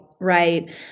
right